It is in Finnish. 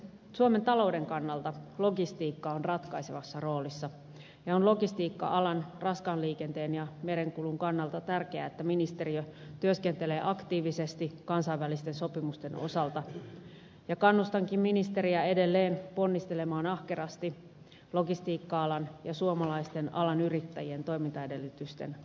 suomen talouden kannalta logistiikka on ratkaisevassa roolissa ja on logistiikka alan raskaan liikenteen ja merenkulun kannalta tärkeää että ministeriö työskentelee aktiivisesti kansainvälisten sopimusten osalta ja kannustankin ministeriä edelleen ponnistelemaan ahkerasti logistiikka alan ja suomalaisten alan yrittäjien toimintaedellytysten ajamiseksi